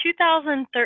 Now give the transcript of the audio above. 2013